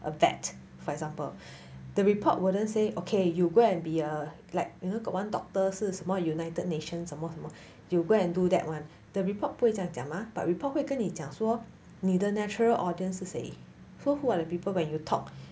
a vet for example the report wouldn't say okay you go and be a like you know got one doctor 是什么 united nations 什么什么 you go and do that one the report 不会这样讲吗 the report 会跟你讲说你的 natural audience 是谁 so who are the people when you talk